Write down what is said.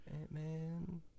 Ant-Man